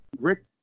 Rick